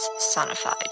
Sonified